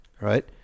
right